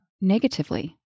negatively